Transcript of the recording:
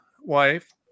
wife